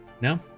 No